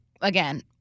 Again